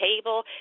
table